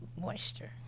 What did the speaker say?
moisture